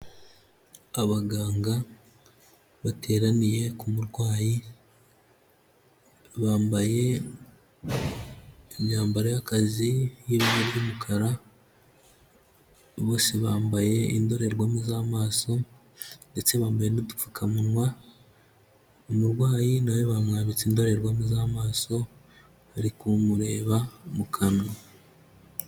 Abaganga bateraniye ku murwayi, bambaye imyambaro y'akazi y'ibara ry'umukara, bose bambaye indorerwamo z'amaso ndetse bambaye n'udupfukamunwa, umurwayi nawe bamwambitse indorerwamo z'amaso bari kumureba mu kanwa.